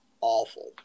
awful